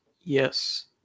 Yes